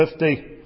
50